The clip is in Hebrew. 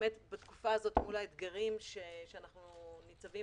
בתקופה הזאת מול האתגרים שאנו ניצבים